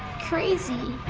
crazy.